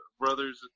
brothers